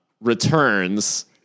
returns